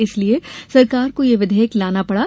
इसलिये सरकार को यह विधेयक लाना पड़ा